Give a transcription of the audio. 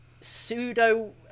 pseudo